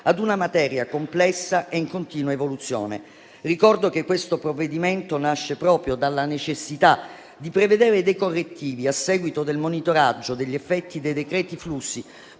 ad una materia complessa e in continua evoluzione. Ricordo che questo provvedimento nasce proprio dalla necessità di prevedere dei correttivi a seguito del monitoraggio degli effetti dei decreti flussi